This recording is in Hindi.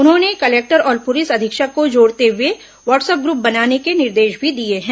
उन्होंने कलेक्टर और पुलिस अधीक्षक को जोड़ते हुए व्हाट्सअप ग्रूप बनाने के निर्देश भी दिए हैं